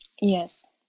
Yes